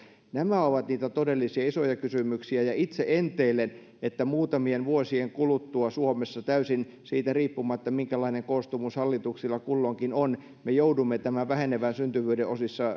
nämä ovat niitä todellisia isoja kysymyksiä ja itse enteilen että muutamien vuosien kuluttua suomessa täysin siitä riippumatta minkälainen koostumus hallituksella kulloinkin on me joudumme tämän vähenevän syntyvyyden